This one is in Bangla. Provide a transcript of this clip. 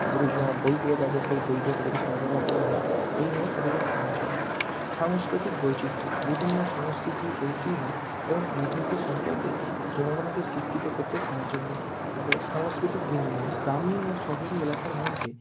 যদি না বই পেয়ে থাকে সেই বইগুলো তাদেরকে সরবরাহ করা হয় এইভাবে তাদেরকে সাহায্য করে সাংস্কৃতিক বৈচিত্র্য বিভিন্ন সংস্কৃতি ঐতিহ্য এবং রীতিনীতি সম্পর্কে জনগণকে শিক্ষিত করতে সাহায্য করে তারপরে সাংস্কৃতিক বিনিময় গ্রামীণ ও শহুরে এলাকার মধ্যে